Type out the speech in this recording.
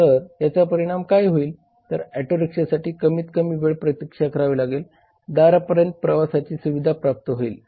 तर याचा परिणाम काय होईल तर ऑटो रिक्षासाठी कमीत कमी वेळ प्रतीक्षा करावे लागेल दारापर्यंत प्रवासाची सुविधा प्राप्त होईल